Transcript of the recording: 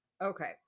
okay